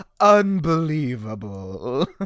unbelievable